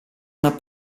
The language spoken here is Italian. una